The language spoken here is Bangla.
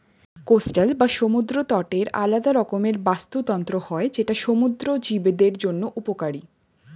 কোস্টাল বা সমুদ্র তটের আলাদা রকমের বাস্তুতন্ত্র হয় যেটা সমুদ্র জীবদের জন্য উপকারী